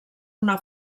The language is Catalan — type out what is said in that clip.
una